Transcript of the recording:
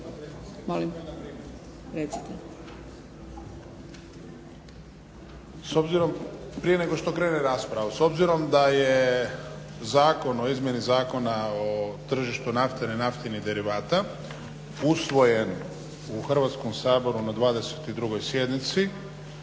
Ivan (HDZ)** Prije nego što krene rasprava s obzirom da je Zakon o izmjeni zakona o tržištu nafte i naftnih derivata usvojen u Hrvatskom saboru na 22.sjednici